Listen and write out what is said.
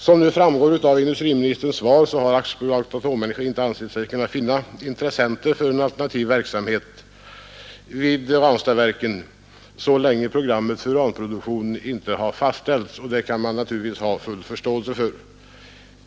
Som framgår av industriministerns svar har AB Atomenergi inte ansett sig kunna finna intressenter för en alternativ verksamhet vid Ranstadsverket så länge programmet för uranproduktionen inte har fastställts, och det kan man naturligtvis ha full förståelse för.